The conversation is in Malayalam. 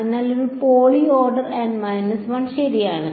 അതിനാൽ ഇതൊരു പോളി ഓർഡർ N 1 ശരിയാണ്